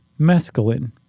mescaline